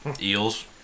eels